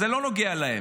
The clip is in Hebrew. אז זה לא נוגע להם.